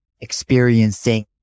experiencing